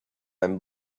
and